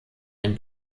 den